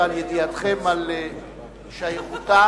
ועל ידיעתכם על שייכותה